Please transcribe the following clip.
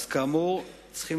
אז כאמור, צריכים